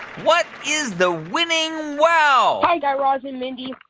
what is the winning wow? hi, guy raz and mindy.